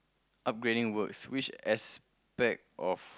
upgrading works which aspect of